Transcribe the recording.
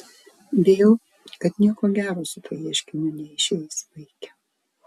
bijau kad nieko gero su tuo ieškiniu neišeis vaike